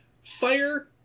Fire